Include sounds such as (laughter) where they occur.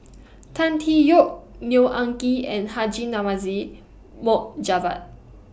(noise) Tan Tee Yoke Neo Anngee and Haji Namazie Mohd Javad